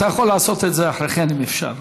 אתה יכול לעשות את זה אחרי כן, אם אפשר.